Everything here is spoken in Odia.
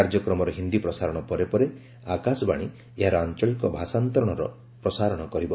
କାର୍ଯ୍ୟକ୍ରମର ହିନ୍ଦୀ ପ୍ରସାରଣ ପରେ ପରେ ଆକାଶବାଣୀ ଏହାର ଆଞ୍ଚଳିକ ଭାଷାନ୍ତରଣର ପ୍ରସାରଣ କରିବ